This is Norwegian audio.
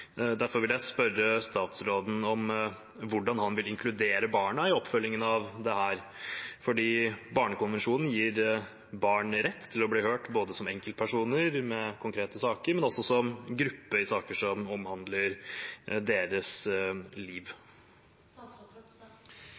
Derfor vil jeg spørre statsråden om hvordan han vil inkludere barna i oppfølgingen av dette. Barnekonvensjonen gir jo barn rett til å bli hørt både som enkeltpersoner i konkrete saker og som gruppe i saker som omhandler deres liv.